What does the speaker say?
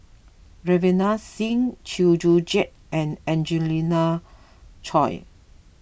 Ravinder Singh Chew Joo Chiat and Angelina Choy